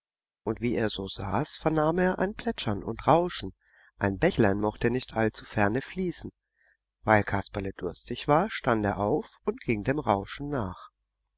und wie er so saß vernahm er ein plätschern und rauschen ein bächlein mochte nicht allzu ferne fließen weil kasperle durstig war stand er auf und ging dem rauschen nach